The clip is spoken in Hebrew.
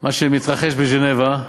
מה שמתרחש בז'נבה.